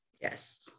yes